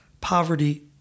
poverty